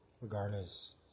regardless